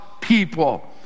people